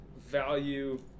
value